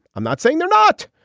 i'm not saying they're not.